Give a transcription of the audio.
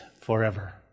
forever